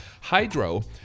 Hydro